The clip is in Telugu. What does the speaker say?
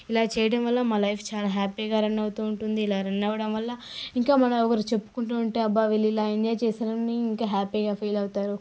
ఇలా చేయడం వల్ల మా లైఫ్ చాలా హ్యాపీగా రన్ అవుతూ ఉంటుంది ఇలా రన్ అవ్వడం వల్ల ఇంకా మనం ఒకరికి చెప్పుకుంటూ ఉంటే అబ్బా వీళ్ళు ఇలా ఎంజాయ్ చేశారా అని ఇంకా హ్యాపీగా ఫీల్ అవుతారు